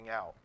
out